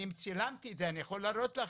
אני צילמתי את זה, אני יכול להראות לכם.